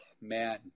man